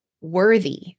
worthy